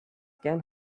can